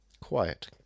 Quiet